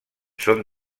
són